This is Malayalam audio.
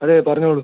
അതെ പറഞ്ഞോളൂ